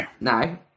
No